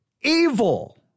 evil